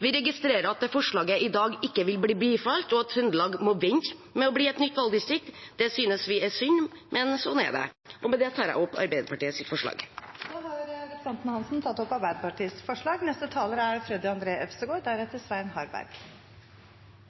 Vi registrerer at det forslaget i dag ikke vil bli bifalt, og at Trøndelag må vente med å bli et nytt valgdistrikt. Det synes vi er synd, men slik er det. Med det tar jeg opp Arbeiderpartiets forslag. Representanten Eva Kristin Hansen har tatt opp